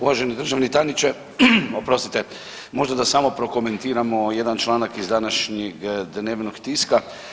Uvaženi državni tajniče, oprostite, možda da samo prokomentiramo jedan članak iz današnjeg dnevnog tiska.